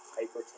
hyper